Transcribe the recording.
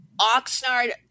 Oxnard